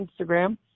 Instagram